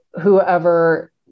whoever